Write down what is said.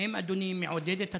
האם אדוני מעודד את התופעה?